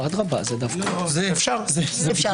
בשמחה.